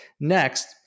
Next